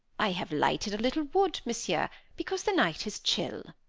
i have lighted a little wood, monsieur, because the night is chill.